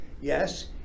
Yes